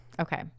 Okay